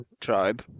tribe